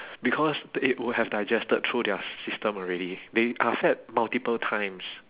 because they would have digested through their system already they are fed multiple times